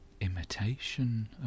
imitation